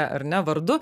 ar ne vardu